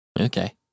Okay